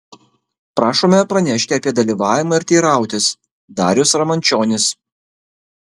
prašome pranešti apie dalyvavimą ir teirautis darius ramančionis